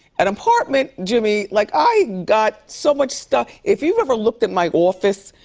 an apartment, jimmy, like, i got so much stuff, if you ever looked at my office,